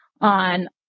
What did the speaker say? on